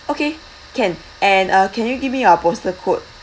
okay can and uh can you give me your postal code